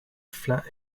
flat